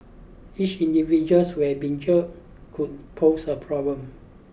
each individuals will been jailed could pose a problem